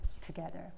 together